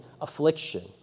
affliction